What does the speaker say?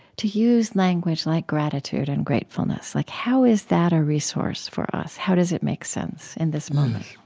to use language like gratitude and gratefulness? like how is that a resource for us? how does it make sense in this moment?